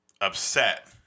upset